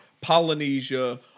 Polynesia